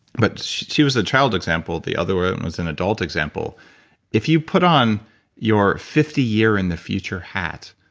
but she was a child a example, the other one was an adult example if you put on your fifty year in the future hat,